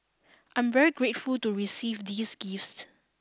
I'm very grateful to receive these gifts